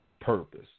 purpose